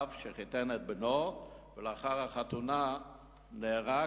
אב שחיתן את בנו ולאחר החתונה נהרג.